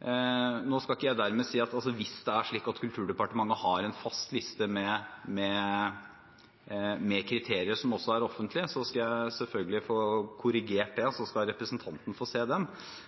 Hvis det er slik at Kulturdepartementet har en fast liste med kriterier, som også er offentlige, skal jeg selvfølgelig få korrigert det, og så skal representanten få se